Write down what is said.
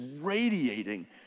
radiating